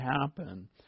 happen